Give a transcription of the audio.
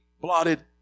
blotted